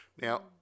Now